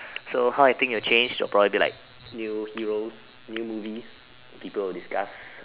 so how you think it will change will probably be like new movies and people will discuss